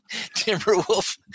Timberwolf